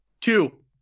Two